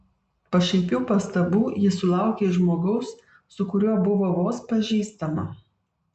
pašaipių pastabų ji sulaukė iš žmogaus su kuriuo buvo vos pažįstama